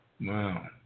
Wow